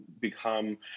become